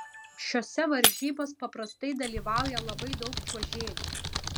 šiose varžybos paprastai dalyvauja labai daug čiuožėjų